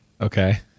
Okay